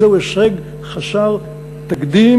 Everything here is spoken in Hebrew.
וזהו הישג חסר תקדים,